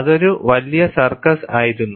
അതൊരു വലിയ സർക്കസ് ആയിരുന്നു